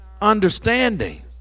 understanding